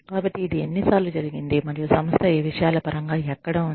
కాబట్టి ఇది ఎన్నిసార్లు జరిగింది మరియు సంస్థ ఈ విషయాల పరంగా ఎక్కడ వుంది